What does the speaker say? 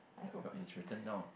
you got it's written down